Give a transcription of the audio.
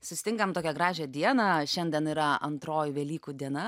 sustinkam tokią gražią dieną šiandien yra antroji velykų diena